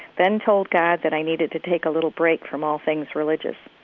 then told god that i needed to take a little break from all things religious.